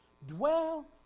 dwell